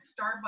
Starbucks